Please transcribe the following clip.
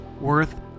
worth